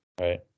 right